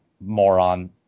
moron